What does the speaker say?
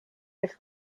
del